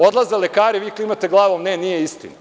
Odlaze lekari a vi klimate glavom – ne, nije istina.